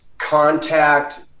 contact